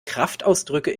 kraftausdrücke